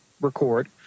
record